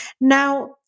Now